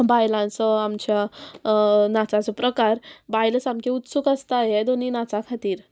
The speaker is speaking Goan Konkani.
बायलांचो आमच्या नाचाचो प्रकार बायलो सामक्यो उत्सूक आसता हे दोनी नाचा खातीर